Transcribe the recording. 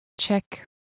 check